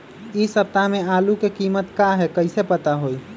इ सप्ताह में आलू के कीमत का है कईसे पता होई?